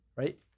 Right